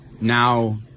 Now